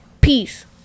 peace